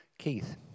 Keith